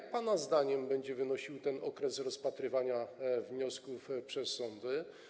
Ile pana zdaniem będzie wynosił okres rozpatrywania wniosków przez sądy?